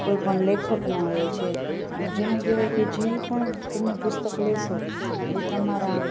કોઈ પણ લેખકના હોય છે જેને કહેવાય કે જે પણ તમે પુસ્તક લેશો એ તમારા